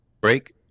break